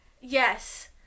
yes